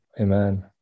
Amen